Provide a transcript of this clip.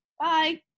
Bye